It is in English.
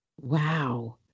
Wow